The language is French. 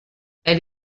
elle